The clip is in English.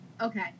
Okay